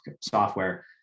software